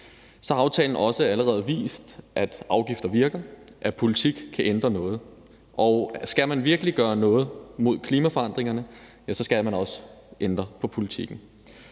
har aftalen også allerede vist, at afgifter virker, at politik kan ændre noget, og skal man virkelig gøre noget mod klimaforandringerne, skal man også ændre på politikken.